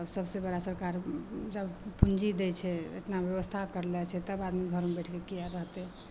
आ सबसे बड़ा सरकार जब पूँजी दै छै एतना व्यवस्था कयने छै तब आदमी घरमे बैठके किए रहतै